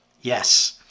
Yes